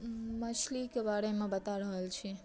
मछलीके बारेमे बता रहल छी